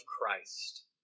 Christ